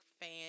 fan